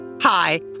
Hi